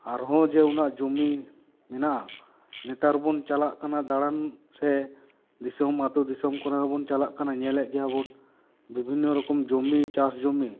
ᱟᱨᱦᱚᱸ ᱡᱮ ᱩᱱᱟᱹᱜ ᱜᱟᱱ ᱡᱚᱢᱤ ᱢᱮᱱᱟᱜᱼᱟ ᱱᱮᱛᱟᱨ ᱵᱚᱱ ᱪᱟᱞᱟᱜ ᱠᱟᱱᱟ ᱫᱟᱲᱟᱱ ᱥᱮ ᱫᱤᱥᱚᱢ ᱟᱛᱩ ᱫᱤᱥᱚᱢ ᱠᱚᱨᱮ ᱦᱚᱸ ᱵᱚᱱ ᱪᱟᱞᱟᱜ ᱠᱟᱱᱟ ᱧᱮᱞᱮᱫ ᱜᱮᱭᱟ ᱵᱚᱱ ᱵᱤᱵᱷᱤᱱᱱᱚ ᱨᱚᱠᱚᱢ ᱪᱟᱥ ᱡᱩᱢᱤ